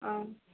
ஆ